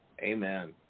Amen